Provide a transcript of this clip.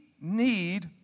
need